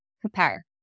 compare